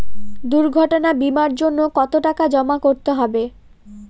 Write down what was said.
দুর্ঘটনা বিমার জন্য কত টাকা জমা করতে হবে?